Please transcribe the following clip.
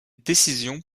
décision